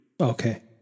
Okay